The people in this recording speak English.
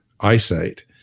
eyesight